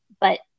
but-